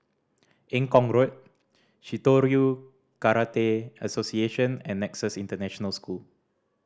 Eng Kong Road Shitoryu Karate Association and Nexus International School